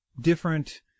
different